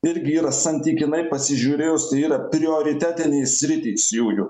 irgi yra santykinai pasižiūrėjus tai yra prioritetinės sritys jųjų